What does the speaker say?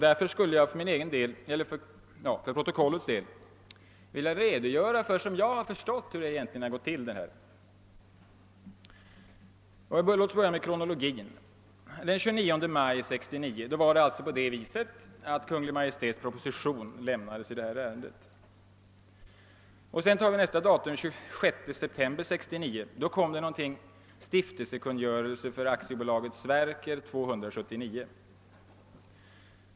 Därför skulle jag för protokollets del vilja redogöra för hur jag har förstått att detta gått till. För att börja med kronologin så avlämnades den 29 maj 1969 Kungl. Maj:ts proposition i detta ärende. Nästa datum är den 6 september 1969.